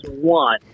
one